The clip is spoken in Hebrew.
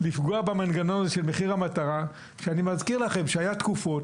לפגוע במנגנון של מחיר המטרה ואני מזכיר לכם שהיו תקופות,